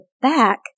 back